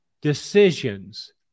decisions